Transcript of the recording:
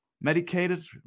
medicated